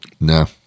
no